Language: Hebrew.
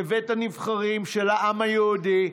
כבית הנבחרים של העם היהודי,